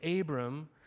Abram